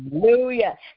Hallelujah